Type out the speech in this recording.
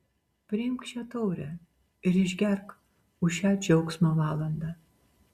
priimk šią taurę ir išgerk už šią džiaugsmo valandą